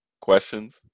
Questions